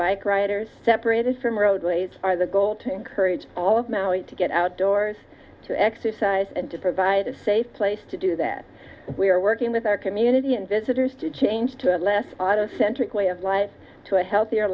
bike riders separated from roadways are the goal to encourage all of maui to get outdoors to exercise and to provide a safe place to do that we are working with our community and visitors to change to a less centric way of life to a healthier